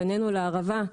פנינו לערבה.